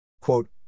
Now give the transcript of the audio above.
Quote